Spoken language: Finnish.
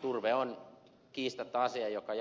turve on kiistatta asia joka